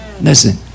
listen